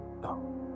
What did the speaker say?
No